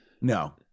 No